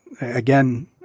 again